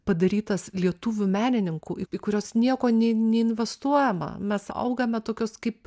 padarytas lietuvių menininkų į į kuriuos nieko neinvestuojama mes augame tokios kaip